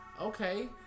Okay